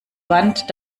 wand